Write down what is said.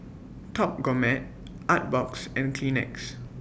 Top Gourmet Artbox and Kleenex